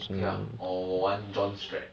okay ah or 我玩 john strat